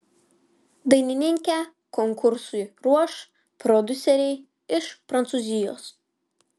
dainininkę konkursui ruoš prodiuseriai iš prancūzijos